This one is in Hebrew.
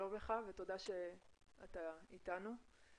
שלום לך ותודה שאתה איתנו.